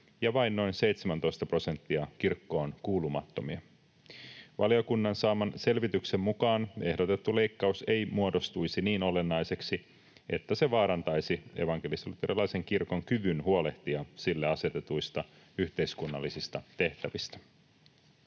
ja vain noin 17 prosenttia kirkkoon kuulumattomia. Valiokunnan saaman selvityksen mukaan ehdotettu leikkaus ei muodostuisi niin olennaiseksi, että se vaarantaisi evankelis-luterilaisen kirkon kyvyn huolehtia sille asetetuista yhteiskunnallisista tehtävistä.